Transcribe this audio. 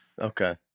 Okay